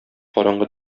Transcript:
караңгы